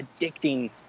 addicting